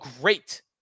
great